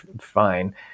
fine